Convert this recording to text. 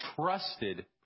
trusted